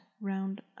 round